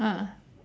ah